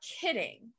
kidding